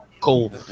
Cool